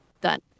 Done